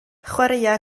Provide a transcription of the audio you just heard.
chwaraea